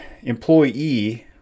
employee